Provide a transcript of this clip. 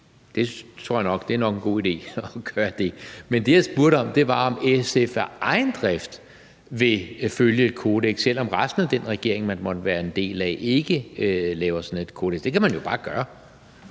Det tror jeg nok er en god idé at gøre. Men det, jeg spurgte om, var, om SF af egen drift vil følge et kodeks, selv om resten af den regering, man måtte være en del af, ikke laver sådan et kodeks. Det kan man jo bare gøre.